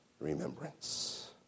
remembrance